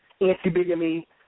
anti-bigamy